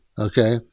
okay